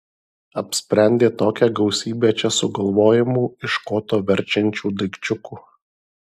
apsprendė tokią gausybę čia sugalvojamų iš koto verčiančių daikčiukų